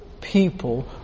people